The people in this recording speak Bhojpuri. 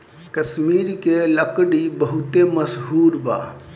कश्मीर के लकड़ी बहुते मसहूर बा